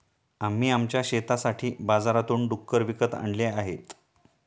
आम्ही आमच्या शेतासाठी बाजारातून डुक्कर विकत आणले आहेत